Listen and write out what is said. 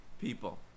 people